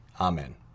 Amen